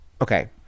okay